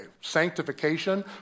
Sanctification